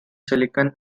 silicon